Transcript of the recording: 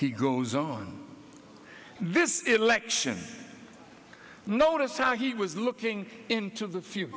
he goes on this election notice how he was looking into the f